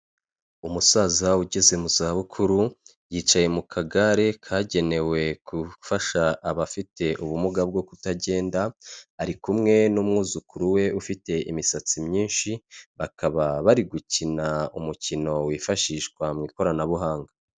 Umusaza ugeze mu za bukuru yicaye mu kagare kagenewe gufasha abafite ubumuga bwo kutagenda, ari kumwe n'umwuzukuru we ufite imisatsi myinshi, bakaba bari gukina umukino wifashishwa mu ikoranabuhanga.